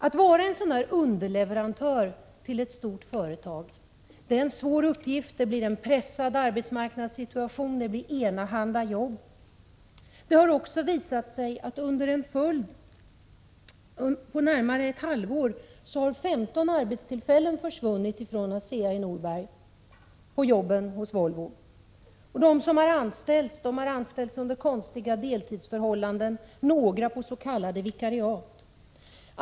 Att vara underleverantör till ett stort företag är en svår uppgift. Det blir en pressad arbetsmarknadssituation. Det blir enahanda jobb. Under en tid av närmare ett halvår har 15 arbetstillfällen försvunnit från ASEA i Norberg — som har anknytning till Volvo. De som har anställts har blivit anställda på konstiga villkor med deltid, några på s.k. vikariat.